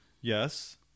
Yes